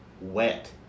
wet